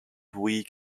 week